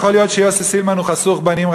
יכול להיות שיוסי סילמן הוא חשוך בנים,